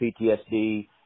PTSD